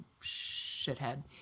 shithead